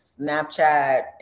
Snapchat